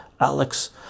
Alex